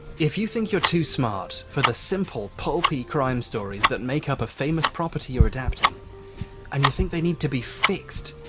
if you think you're too smart for the simple pulpy crime stories that make up a famous property you're adapting and you think they need to be fixed.